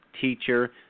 teacher